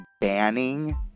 banning